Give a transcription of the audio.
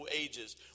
ages